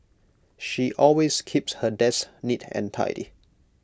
she always keeps her desk neat and tidy